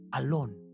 alone